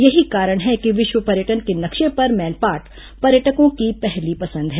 यहीं कारण है कि विश्व पर्यटन के नक्शे पर मैनपाट पर्यटकों की पहली पसंद है